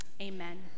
Amen